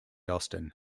austin